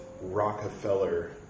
rockefeller